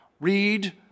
Read